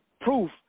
proof